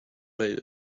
made